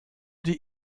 die